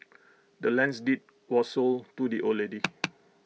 the land's deed was sold to the old lady